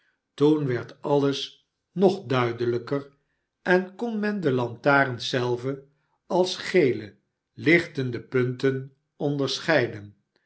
toen werd alles nog duidelijker en kon men de lantarens zelven als gele lichtende punten onderscheiden